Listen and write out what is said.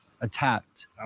attacked